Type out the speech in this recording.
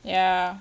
ya